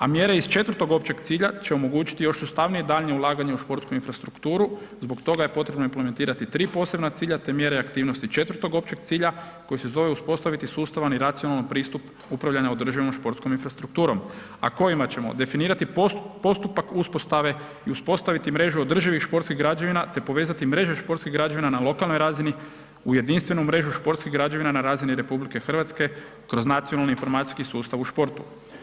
A mjere iz 4. općeg cilja će omogućiti još sustavnije daljnje ulaganje u športsku infrastrukturu, zbog toga je potrebno implementirati 3 posebna cilja te mjere aktivnosti 4. općeg cilja koji se zove uspostaviti sustavan i racionalan pristup upravljanja državnom športskom infrastrukturom, a kojima ćemo definirati postupak uspostave i uspostaviti mrežu održivih športskih građevina te povezati mreže športskih građevina na lokalnoj razini u jedinstvenu mrežu športskih građevina na razini RH kroz nacionalni informacijski sustav u športu.